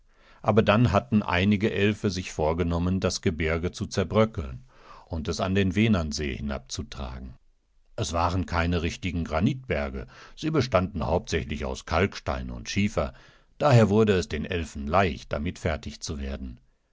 aber dann hatten einige elfe sich vorgenommen das gebirge zu zerbröckeln und es an den wenernsee hinabzutragen es waren keine richtigen granitberge sie bestanden hauptsächlich aus kalkstein und schiefer daher wurde es den elfen leicht damit fertig zu werden